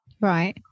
Right